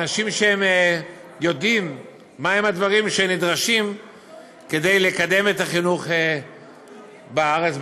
אנשים שיודעים מהם הדברים שנדרשים כדי לקדם את החינוך בארץ,